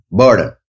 burden